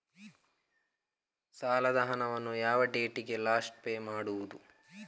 ಸಾಲದ ಹಣವನ್ನು ಯಾವ ಡೇಟಿಗೆ ಲಾಸ್ಟ್ ಪೇ ಮಾಡುವುದು?